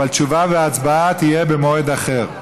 אבל תשובה והצבעה תהיינה במועד אחר.